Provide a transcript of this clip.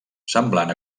semblant